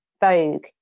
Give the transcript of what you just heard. Vogue